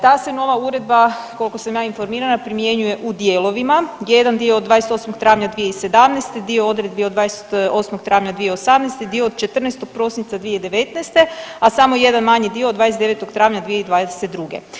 Ta se nova uredba koliko sam ja informirana primjenjuje u dijelovima, jedan dio od 28. travnja 2017., dio odredbi od 28. travnja 2018., dio od 14. prosinca 2019., a samo jedan manji dio od 29. travnja 2022.